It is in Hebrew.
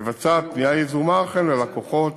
מבצעת פנייה יזומה ללקוחות